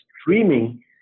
streaming